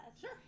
sure